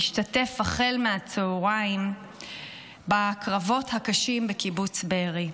השתתף החל מהצוהריים בקרבות הקשים בקיבוץ בארי,